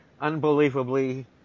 unbelievably